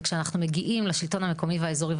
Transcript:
וכשאנחנו מגיעים לשלטון המקומי והאזורי,